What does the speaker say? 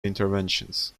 interventions